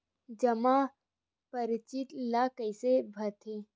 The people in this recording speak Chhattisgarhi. जमा परची ल कइसे भरथे?